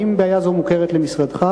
1. האם בעיה זו מוכרת למשרדך?